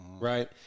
right